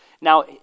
Now